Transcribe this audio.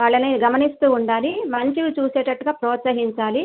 వాళ్ళని గమనిస్తూ ఉండాలి మంచివి చూసేటట్టుగా ప్రోత్సహించాలి